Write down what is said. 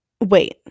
wait